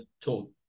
talk